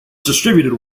distributed